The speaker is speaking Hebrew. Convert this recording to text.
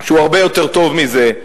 שהוא הרבה יותר טוב מזה.